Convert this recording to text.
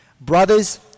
Brothers